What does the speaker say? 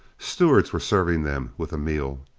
stewards were serving them with a meal.